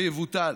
שיבוטל.